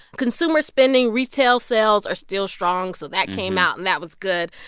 consumer spending, retail sales are still strong. so that came out, and that was good.